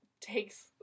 takes